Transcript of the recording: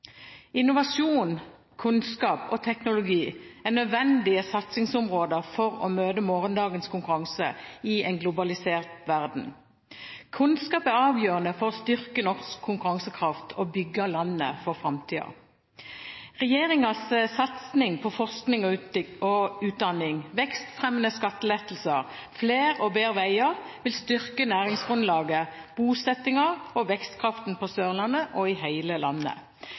Innovasjon, kunnskap og teknologi er nødvendige satsingsområder for å møte morgendagens konkurranse i en globalisert verden. Kunnskap er avgjørende for å styrke norsk konkurransekraft og bygge landet for framtiden. Regjeringens satsing på forskning og utdanning, vekstfremmende skattelettelser og flere og bedre veier vil styrke næringsgrunnlaget, bosettingen og vekstkraften på Sørlandet og i hele landet.